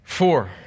Four